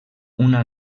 una